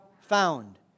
found